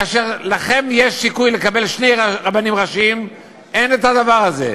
כאשר לכם יש סיכוי לקבל שני רבנים ראשיים אין את הדבר הזה,